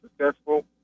successful